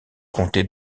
comté